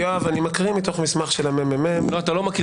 אני מקריא מתוך מסמך של מרכז המחקר והמידע.